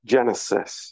Genesis